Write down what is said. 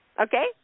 Okay